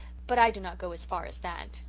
but i do not go as far as that.